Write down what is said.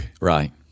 right